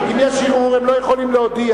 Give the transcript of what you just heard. אם יש ערעור הם לא יכולים להודיע.